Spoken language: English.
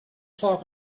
talk